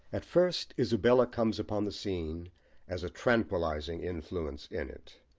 at first isabella comes upon the scene as a tranquillising influence in it.